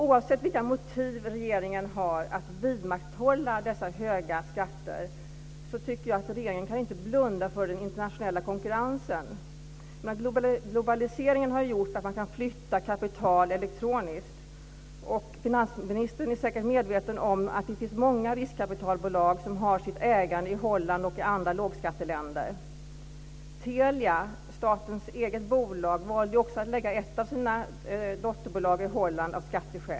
Oavsett vilka motiv som regeringen har att vidmakthålla dessa höga skatter så tycker jag att regeringen inte kan blunda för den internationella konkurrensen. Globaliseringen har ju gjort att man kan flytta kapital elektroniskt. Finansministern är säkert medveten om att det finns många riskkapitalbolag som har sitt ägande i Holland och i andra lågskatteländer. Telia, statens eget bolag, valde ju också att av skatteskäl lägga ett av sina dotterbolag i Holland.